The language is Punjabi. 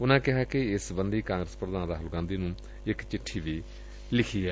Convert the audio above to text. ਉਨਾਂ ਕਿਹਾ ਕਿ ਇਸ ਸਬੰਧੀ ਕਾਗਰਸ ਪ੍ਰਧਾਨ ਰਾਹੁਲ ਗਾਧੀ ਨੂੰ ਇਕ ਚਿੱਠੀ ਵੀ ਲਿਖੀ ਗਈ ਐ